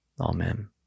Amen